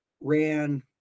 Ran